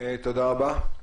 תודה רבה.